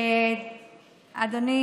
אדוני